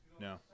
No